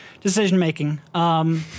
decision-making